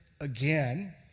again